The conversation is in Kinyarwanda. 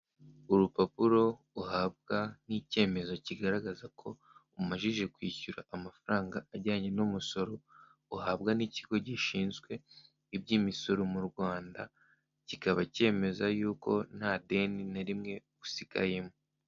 Urupapuro uhabwa nk'i icyemezo kigaragaza ko umajije kwishyura amafaranga ajyanye n' umusoro, uhabwa n'Ikigo gishinzwe iby'Imisoro mu Rwanda, kikaba cyemeza ko nta deni na rimwe usigayemo.